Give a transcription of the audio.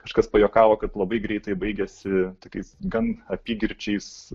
kažkas pajuokavo kad labai greitai baigiasi tokiais gan apygirčiai